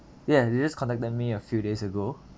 yeah they just contacted me a few days ago